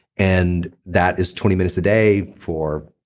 and that is twenty minutes a day for